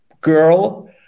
girl